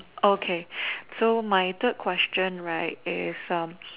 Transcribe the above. okay so my third question right is um